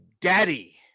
daddy